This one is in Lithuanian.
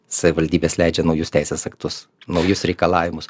savivaldybės leidžia naujus teisės aktus naujus reikalavimus